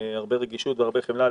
הרבה רגישות והרבה חמלה.